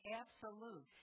absolute